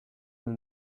nous